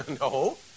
No